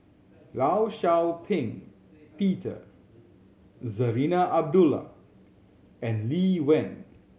Law Shau Ping Peter Zarinah Abdullah and Lee Wen